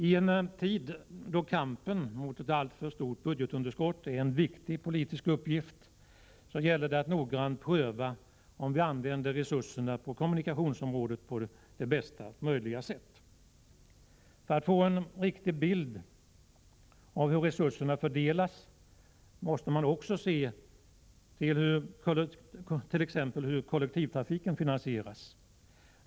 I en tid då kampen mot ett alltför stort budgetunderskott är en viktig politisk uppgift gäller det att noggrant pröva om vi använder resurserna på kommunikationsområdet på bästa möjliga sätt. För att få en riktig bild av hur resurserna fördelas måste man också se på hur t.ex. kollektivtrafiken finansieras.